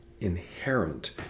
inherent